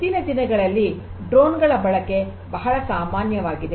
ಇತ್ತೀಚಿನ ದಿನಗಳಲ್ಲಿ ಡ್ರೋನ್ ಗಳ ಬಳಕೆ ಬಹಳ ಸಾಮಾನ್ಯವಾಗಿದೆ